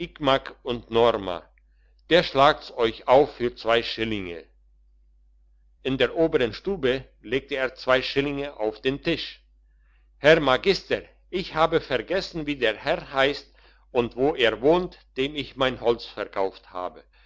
und norma der schlagt's euch auf für zwei schillinge in der obern stube legte er zwei schillinge auf den tisch herr magister ich habe vergessen wie der herr heisst und wo er wohnt dem ich mein holz verkauft habe